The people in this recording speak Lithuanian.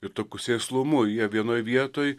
ir tokiu sėslumu jie vienoj vietoj